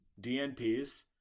DNPs